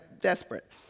desperate